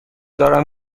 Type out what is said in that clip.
دارم